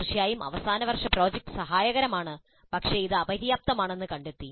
തീർച്ചയായും അവസാന വർഷ പ്രോജക്റ്റ് സഹായകരമാണ് പക്ഷേ ഇത് അപര്യാപ്തമാണെന്ന് കണ്ടെത്തി